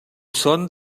són